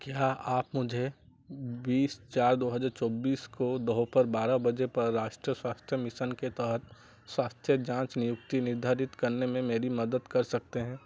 क्या आप मुझे बीस चार दो हज़ार चौबीस को दोपहर बारह बजे पर राष्ट्रीय स्वास्थ्य मिशन के तहत स्वास्थ्य जाँच नियुक्ति निर्धारित करने में मेरी मदद कर सकते हैं